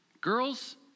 girls